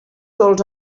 dolç